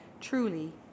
Truly